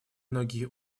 многие